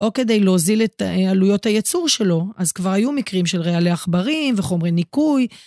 או כדי להוזיל את עלויות היצור שלו, אז כבר היו מקרים של רעלי עכברים וחומרי ניקוי.